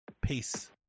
Peace